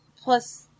plus